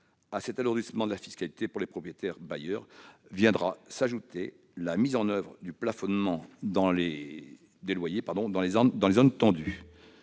À cet alourdissement de la fiscalité pour les propriétaires bailleurs viendra s'ajouter la mise en oeuvre du plafonnement des loyers dans les zones tendues.